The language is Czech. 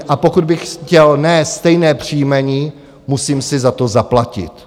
A pokud bych chtěl ne stejné příjmení, musím si za to zaplatit.